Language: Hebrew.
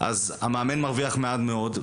אז המאמן מרוויח מעט מאוד.